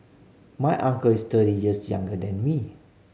my uncle is thirty years younger than me